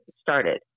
started